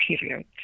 period